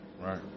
Right